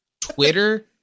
Twitter